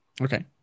Okay